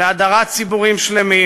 להדרת ציבורים שלמים,